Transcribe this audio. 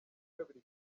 kabiri